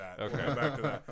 Okay